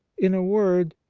in a word,